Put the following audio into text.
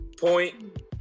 point